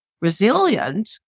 resilient